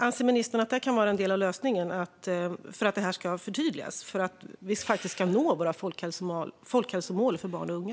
Anser ministern att det kan vara en del av lösningen för att det här ska förtydligas och vi faktiskt ska nå våra folkhälsomål för barn och unga?